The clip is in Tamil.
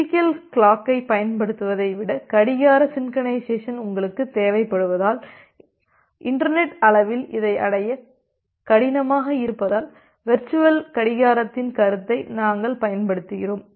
பிசிகல் கிளாக்கைப் பயன்படுத்துவதை விட கடிகார சின்கொரைனைசேஸன் உங்களுக்குத் தேவைப்படுவதால் இன்டர்நெட் அளவில் இதை அடைய கடினமாக இருப்பதால் வெர்ச்சுவல் கடிகாரத்தின் கருத்தை நாங்கள் பயன்படுத்துகிறோம்